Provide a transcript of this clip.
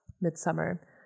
Midsummer